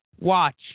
Watch